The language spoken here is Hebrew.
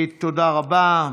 תודה רבה.